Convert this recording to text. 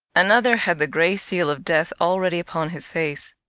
another had the gray seal of death already upon his face.